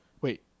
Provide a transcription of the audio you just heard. Wait